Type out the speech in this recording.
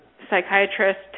psychiatrist